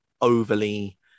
overly